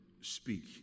speak